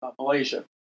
Malaysia